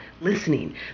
listening